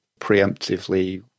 preemptively